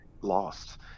lost